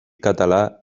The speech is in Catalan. català